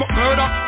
murder